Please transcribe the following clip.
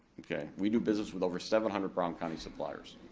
okay, we do business with over seven hundred brown county suppliers.